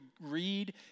read